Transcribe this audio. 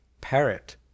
parrot